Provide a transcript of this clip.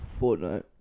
Fortnite